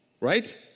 right